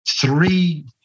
three